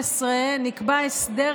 תיתן לו יותר זמן.